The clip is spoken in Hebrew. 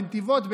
בנתיבות,